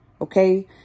Okay